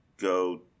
go